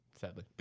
sadly